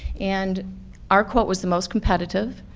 and our quote was the most competitive,